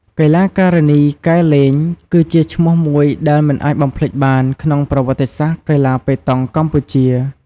កីឡាការិនី កែ ឡេង គឺជាឈ្មោះមួយដែលមិនអាចបំភ្លេចបានក្នុងប្រវត្តិសាស្ត្រកីឡាប៉េតង់កម្ពុជា។